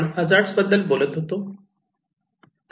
hazard बद्दल बोलत होतो